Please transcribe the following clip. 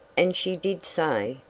and she did say,